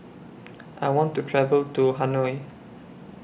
I want to travel to Hanoi